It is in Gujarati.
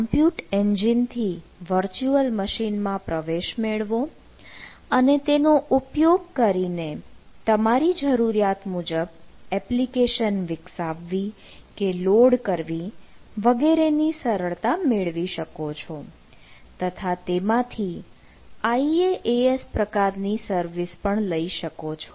કમ્પ્યુટ એન્જિન થી વર્ચુઅલ મશીન માં પ્રવેશ મેળવો અને તેનો ઉપયોગ કરીને તમારી જરૂરિયાત મુજબ એપ્લિકેશન વિકસાવવી કે લોડ કરવી વગેરેની સરળતા મેળવી શકો છો તથા તેમાંથી IaaS પ્રકારની સર્વિસ પણ લઈ શકો છો